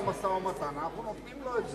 לשתי מדינות ובטלוויזיה אתה אומר שזו לא עמדתך.